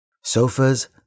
Sofas